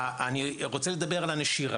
אני רוצה לדבר על הנשירה,